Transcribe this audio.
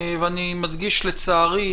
ואני מדגיש שזה לצערי,